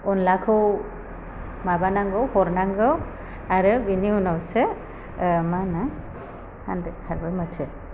अनलाखौ माबानांगौ हरनांगौ आरो बिनि उनावसो मा होनो